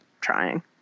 trying